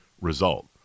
result